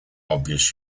obvious